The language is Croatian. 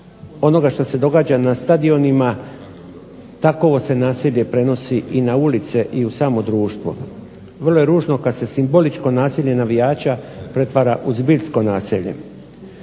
onoga što se događa na stadionima takovo se nasilje prenosi i na ulice i u samo društvo. Vrlo je ružno kad se simboličko nasilje navijača pretvara u zbiljsko nasilje.